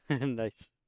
Nice